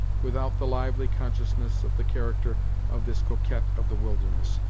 without the lively consciousness of the character of this coquette of the wilderness,